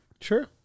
Sure